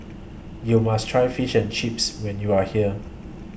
YOU must Try Fish and Chips when YOU Are here